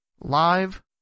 live